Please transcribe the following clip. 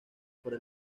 para